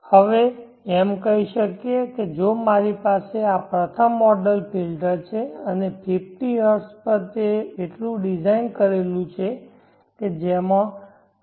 હવે અમે કહી શકીએ કે જો મારી પાસે આ પ્રથમ ઓર્ડર ફિલ્ટર છે અને 50 હર્ટ્ઝ પર તે એટલું ડિઝાઇન કરેલું છે કે છે કે તેમાં 0